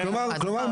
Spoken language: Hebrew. כלומר,